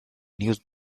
news